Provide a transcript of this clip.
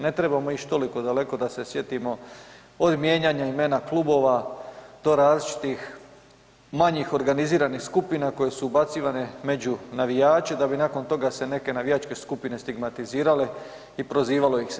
Ne trebamo ići toliko daleko da se sjetimo, od mijenjanja imena klubova, do različitih manjih organiziranih skupina koje su ubacivane među navijače da bi nakon toga se neke navijačke skupine stigmatizirale i prozivalo ih se.